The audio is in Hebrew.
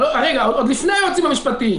עוד לפני היועצים המשפטיים.